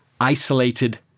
isolated